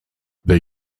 they